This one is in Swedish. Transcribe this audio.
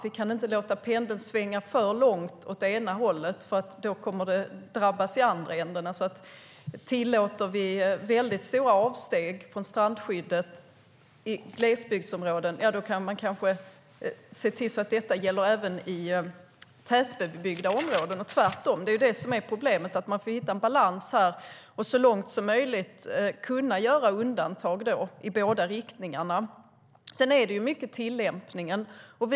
Vi kan inte låta pendeln svänga för långt åt det ena hållet, för då kommer det att drabba den andra sidan. Tillåter vi stora avsteg från strandskyddet i glesbygdsområden kan vi kanske se till att det gäller även i tätbebyggda områden, och tvärtom. Det är det som är problemet. Man måste hitta en balans och så långt som möjligt kunna göra undantag i båda riktningarna. Sedan gäller det tillämpningen.